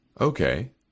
Okay